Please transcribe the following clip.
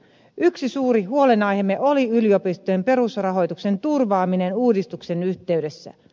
yksi suuri huolenaiheemme oli yliopistojen perusrahoituksen turvaaminen uudistuksen yhteydessä